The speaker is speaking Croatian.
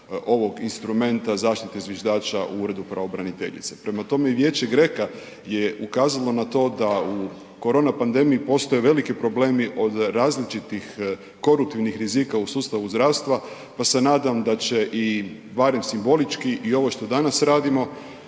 ovog instrumenta zaštite zviždača u uredu pravobraniteljice. Prema tome i vijeće GRECO-a je ukazalo na to da u korona pandemiji postoje veliki problemi od različitih koruptivnih rizika u sustavu zdravstva, pa se nadam da će i barem simbolički i ovo što danas radimo,